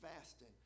fasting